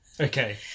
Okay